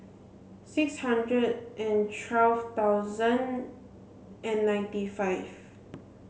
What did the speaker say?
six hundred and twelve thousand and ninety five